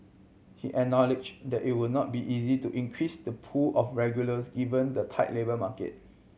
he acknowledge that it will not be easy to increase the pool of regulars given the tight labour market